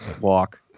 walk